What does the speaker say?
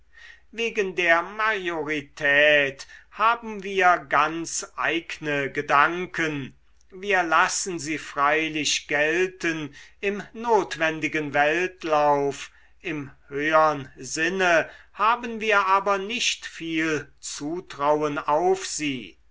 wegen der majorität haben wir ganz eigne gedanken wir lassen sie freilich gelten im notwendigen weltlauf im höhern sinne haben wir aber nicht viel zutrauen auf sie